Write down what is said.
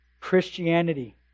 Christianity